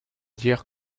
dire